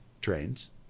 trains